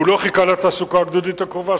והוא לא חיכה לתעסוקה הגדודית הקרובה,